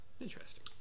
interesting